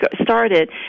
started